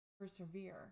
persevere